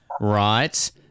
Right